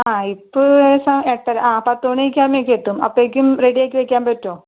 ആ ഇപ്പോൾ ഏകദേശം എട്ടര ആ പത്തുമണിയൊക്കെ ആകുമ്പത്തേനും എത്തും അപ്പോഴേക്കും റെഡിയാക്കി വെക്കാൻ പറ്റുമോ